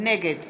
נגד